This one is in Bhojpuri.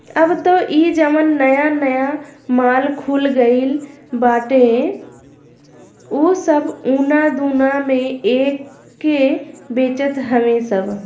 अब तअ इ जवन नया नया माल खुल गईल बाटे उ सब उना दूना में एके बेचत हवे सब